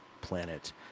planet